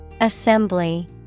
Assembly